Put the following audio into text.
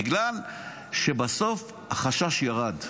בגלל שבסוף החשש ירד,